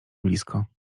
blisko